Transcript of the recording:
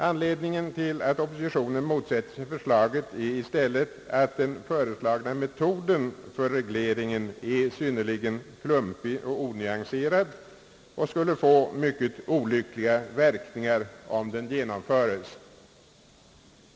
Anledningen till att oppositionen motsätter sig förslaget är att den föreslagna metoden för regleringen är synnerligen klumpig och onyanserad och skulle få mycket olyckliga verkningar om den genomfördes.